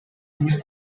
año